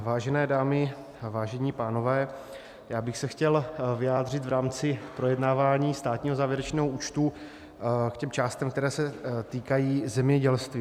Vážené dámy, vážení pánové, já bych se chtěl vyjádřit v rámci projednávání státního závěrečného účtu k těm částem, které se týkají zemědělství.